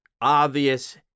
obvious